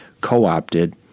co-opted